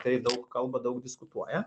tai daug kalba daug diskutuoja